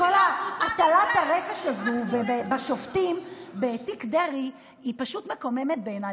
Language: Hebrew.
כל הטלת הרפש הזו בשופטים בתיק דרעי היא פשוט מקוממת בעיניי.